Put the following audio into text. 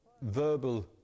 verbal